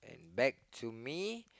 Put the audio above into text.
back to me